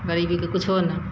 गरीबीके कुछो नहि